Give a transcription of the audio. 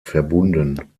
verbunden